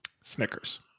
Snickers